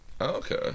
Okay